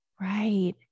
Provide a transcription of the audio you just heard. Right